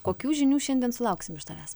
kokių žinių šiandien sulauksim iš tavęs